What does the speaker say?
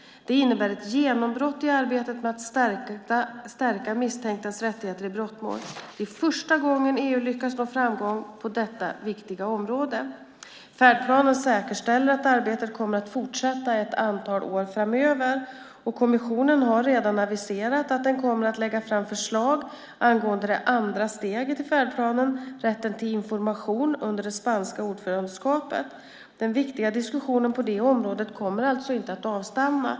Det innebär ett genombrott i arbetet med att stärka misstänktas rättigheter i brottmål. Det är första gången EU lyckats nå framgång på detta viktiga område. Färdplanen säkerställer att arbetet kommer att fortsätta ett antal år framöver. Kommissionen har redan aviserat att den kommer att lägga fram förslag angående det andra steget i färdplanen, rätten till information, under det spanska ordförandeskapet. Den viktiga diskussionen på det området kommer alltså inte att avstanna.